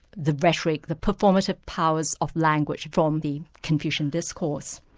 the rhetoric, the performative powers of language from the confucian discourse.